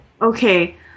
Okay